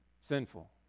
sinful